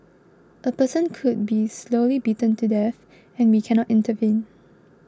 a person could be slowly beaten to death and we cannot intervene